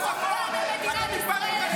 להגיד שלנו לא אכפת מהחיילים,